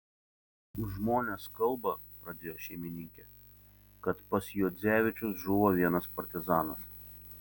žmonės kalba pradėjo šeimininkė kad pas juodzevičius žuvo vienas partizanas